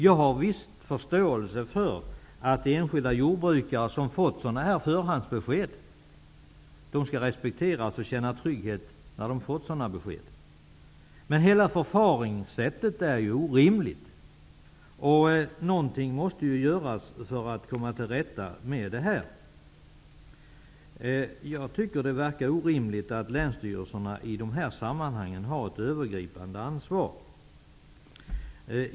Jag har viss förståelse för att enskilda jordbrukare som har fått sådana här förhandsbesked skall respekteras och kunna känna trygghet. Förfaringssättet är dock orimligt. Någonting måste göras för att komma till rätta med problemet. Jag tycker att det verkar orimligt att länsstyrelserna i de här sammanhangen har ett övergripande ansvar.